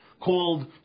called